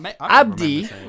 Abdi